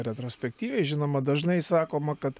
retrospektyviai žinoma dažnai sakoma kad